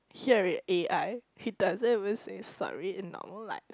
hear it a_i he doesn't even say sorry in normal life